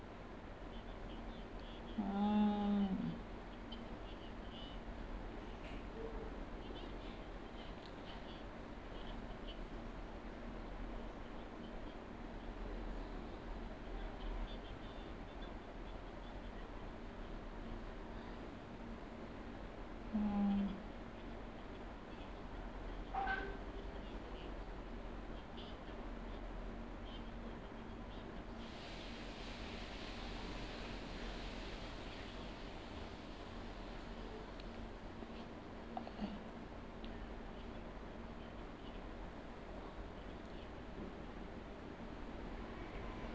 orh orh